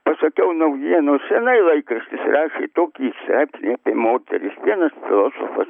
pasakiau naujienos senais laikas jis tokį straipsnį moteris vienas filosofas